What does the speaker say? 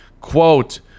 quote